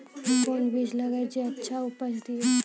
कोंन बीज लगैय जे अच्छा उपज दिये?